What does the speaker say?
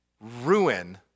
ruin